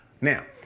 Now